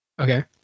Okay